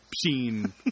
Scene